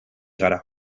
gara